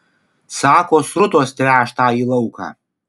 sako srutos tręš tąjį lauką